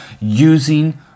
using